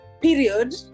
period